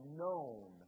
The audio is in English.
known